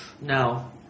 No